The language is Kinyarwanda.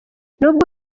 nubwo